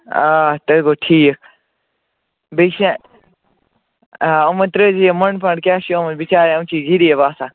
آ تُہۍ گوٚو ٹھیٖک بیٚیہِ چھےٚ آ یِمَن ترٛٲوزِ یہِ مۅنٛڈٕ فنٛڈ کیٛاہ چھِ یِمَن بِچارٮ۪ن یِم چھِ غریٖب آسان